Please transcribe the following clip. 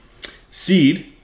Seed